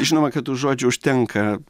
žinoma kad tų žodžių užtenka